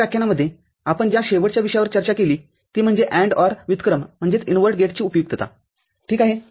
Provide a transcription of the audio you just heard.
या व्याख्यानामध्ये आपण ज्या शेवटच्या विषयावर चर्चा केली ती म्हणजे AND OR व्युत्क्रमगेटची उपयुक्तता ठीक आहे